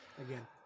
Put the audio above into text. again